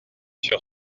sur